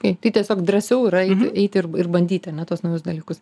kei tai tiesiog drąsiau yra eiti ir ir bandyti ane tuos naujus dalykus